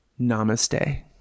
Namaste